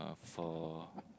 for